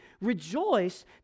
rejoice